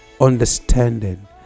Understanding